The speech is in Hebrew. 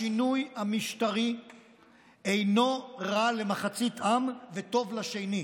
השינוי המשטרי אינו רע למחצית עם וטוב לשני.